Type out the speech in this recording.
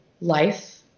life